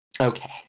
Okay